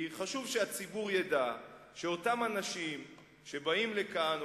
כי חשוב שהציבור ידע שאותם אנשים שבאים לכאן,